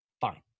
Fine